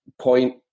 point